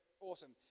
awesome